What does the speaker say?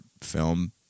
film